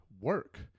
work